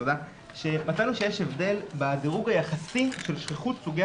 מצאנו שיש הבדל בדירוג היחסי של שכיחות סוגי